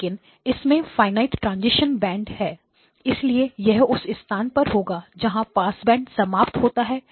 लेकिन इसमें finite transition band है इसलिए वह उस स्थान पर होंगे जहां पास बैंड समाप्त होता है